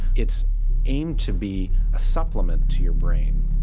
it's aimed to be a supplement to your brain,